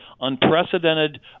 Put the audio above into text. unprecedented